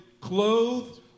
clothed